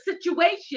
situation